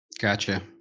Gotcha